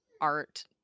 art